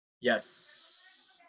Yes